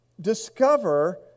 discover